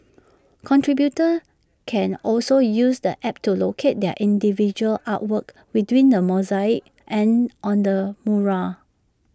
contributors can also use the app to locate their individual artwork within the mosaic and on the mural